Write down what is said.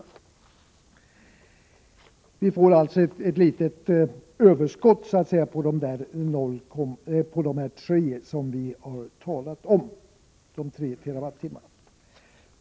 Vi får alltså ett litet överskott i förhållande till de 3 TWh som vi har talat om.